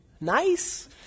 Nice